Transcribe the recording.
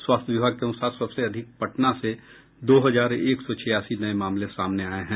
स्वास्थ्य विभाग के अनुसार सबसे अधिक पटना से दो हजार एक सौ छियासी नये मामले सामने आये हैं